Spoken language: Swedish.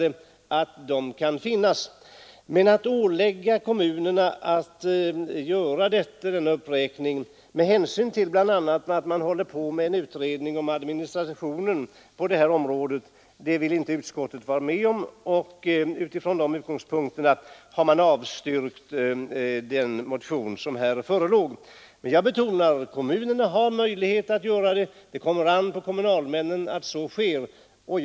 Men utskottet vill inte vara med om att ålägga kommunerna att göra denna uppräkning med hänsyn bl.a. till att man håller på att utreda administrationen på detta område. Från dessa utgångspunkter har man avstyrkt den motion som här förelåg. Men jag betonar att kommunerna har möjlighet att pröva detta och det kommer an på kommunalmännen att så också sker.